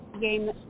game